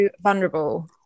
vulnerable